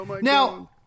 now